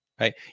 right